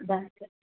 bag